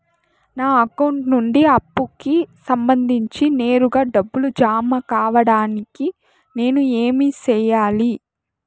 నా అకౌంట్ నుండి అప్పుకి సంబంధించి నేరుగా డబ్బులు జామ కావడానికి నేను ఏమి సెయ్యాలి?